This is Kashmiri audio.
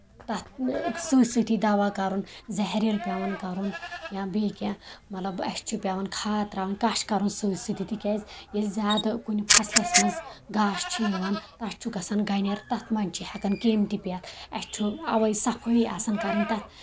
تَتھ سۭتۍ سۭتی دوہ کرُن زہریٖلہٕ پیٚوان کرُن یا بیٚیہِ کیٚنٛہہ مطلب اَسہِ چھِ پیٚوان کھاد تراوٕنۍ کچھِ کرُن سۭتۍ سۭتۍ تِکیٚازِ ییٚلہِ زیادٕ فصلَس منٛز گاسہٕ چھُ یِوان تَتھ چھُ گژھان گَنیٚر تَتھ منٛز چھُ ہٮ۪کان کیٚمۍ تہِ پیٚتھ اَسہِ چھُ اَوے صفٲیی آسان کَرٕنۍ تَتھ